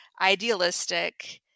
idealistic